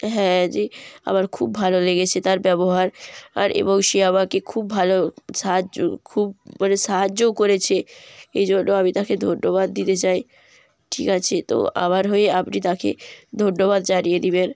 হ্যাঁ যেয়ে আমার খুব ভালো লেগেছে তার ব্যবহার আর এবং সে আমাকে খুব ভালো সাহায্য খুব মানে সাহায্যও করেছে এ জন্য আমি তাকে ধন্যবাদ দিতে চাই ঠিক আছে তো আমার হয়ে আপনি তাকে ধন্যবাদ জানিয়ে দেবেন